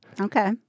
Okay